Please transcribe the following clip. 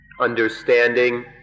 understanding